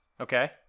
Okay